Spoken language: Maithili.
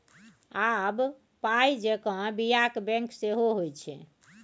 आब पाय जेंका बियाक बैंक सेहो होए छै